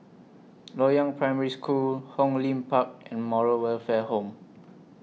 Loyang Primary School Hong Lim Park and Moral Welfare Home